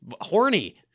horny